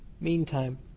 Meantime